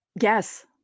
Yes